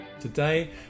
Today